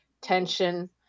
tension